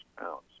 pounds